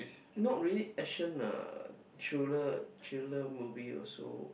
not really action lah thriller thriller movie also